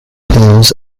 hills